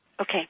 okay